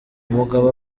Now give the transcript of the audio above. umugabo